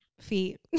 feet